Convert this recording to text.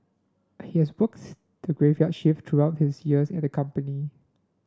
he has works the graveyard shift throughout his years at the company